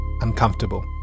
uncomfortable